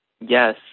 Yes